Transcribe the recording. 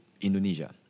Indonesia